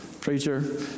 Preacher